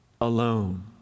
alone